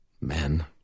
Men